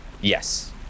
Yes